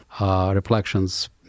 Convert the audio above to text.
reflections